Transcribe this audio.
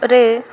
ରେ